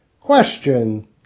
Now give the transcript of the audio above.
Question